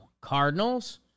Cardinals